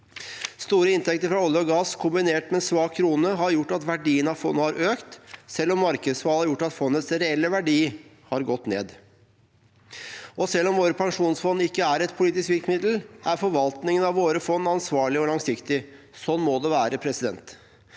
Store inntekter fra olje og gass kombinert med en svak krone har gjort at verdien av Statens pensjonsfond utland har økt, selv om markedsfall har gjort at fondets reelle verdi har gått ned. Selv om våre pensjonsfond ikke er et politisk virkemiddel, er forvaltningen av våre fond ansvarlig og langsiktig. Sånn må det være. Derfor